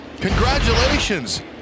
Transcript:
Congratulations